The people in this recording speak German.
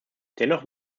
dennoch